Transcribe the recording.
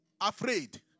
afraid